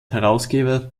herausgeber